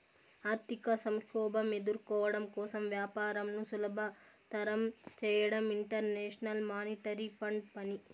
ఆర్థిక సంక్షోభం ఎదుర్కోవడం కోసం వ్యాపారంను సులభతరం చేయడం ఇంటర్నేషనల్ మానిటరీ ఫండ్ పని